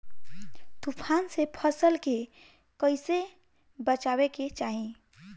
तुफान से फसल के कइसे बचावे के चाहीं?